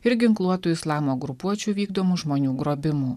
ir ginkluotų islamo grupuočių vykdomų žmonių grobimų